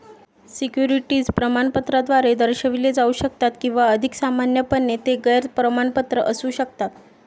securities प्रमाणपत्राद्वारे दर्शविले जाऊ शकतात किंवा अधिक सामान्यपणे, ते गैर प्रमाणपत्र असू शकतात